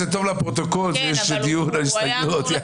זה טוב לפרוטוקול, יש דיון על הסתייגויות, יאללה.